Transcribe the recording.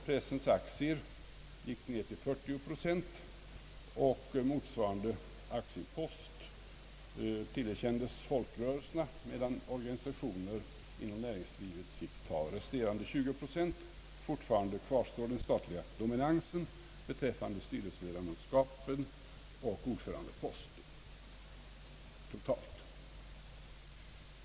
Pressens aktieinnehav minskades till 40 procent och motsvarande aktiepost tillerkändes folkrörelserna, medan organisationer inom näringslivet fick ta resterande 20 procent. Fortfarande kvarstår den statliga dominansen totalt sett beträffande styrelseledamotskapen och ordförandeposten.